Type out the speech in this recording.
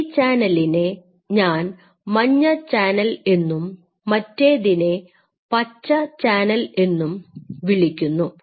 ഈ ചാനലിനെ ഞാൻ മഞ്ഞ ചാനൽ എന്നും മറ്റേതിനെ പച്ച ചാനൽ എന്നും വിളിക്കുന്നു